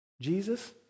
Jesus